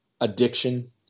addiction